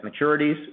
maturities